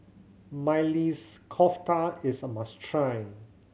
Maili's Kofta is a must try